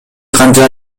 канча